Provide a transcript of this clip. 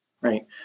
Right